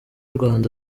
rwanda